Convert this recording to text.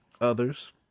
others